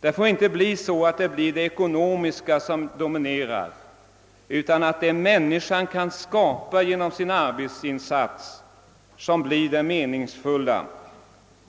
Det ekonomiska får inte bli det dominerande, utan vad människan kan skapa genom sin arbetsinsats måste bli det meningsfulla.